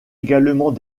également